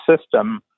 system